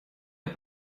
est